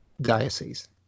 Diocese